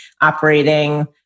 operating